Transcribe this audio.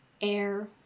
air